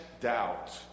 doubt